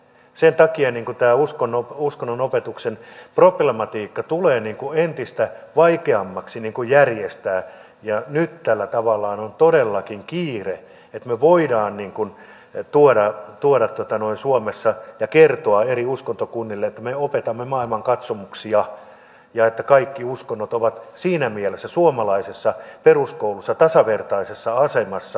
sen takia tämä uskonnonopetuksen problematiikka tulee entistä vaikeammaksi järjestää ja nyt tällä tavallaan on todellakin kiire että me voimme tuoda suomessa tätä ajatusta ja kertoa eri uskontokunnille että me opetamme maailmankatsomuksia ja että kaikki uskonnot ovat siinä mielessä suomalaisessa peruskoulussa tasavertaisessa asemassa